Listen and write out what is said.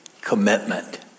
Commitment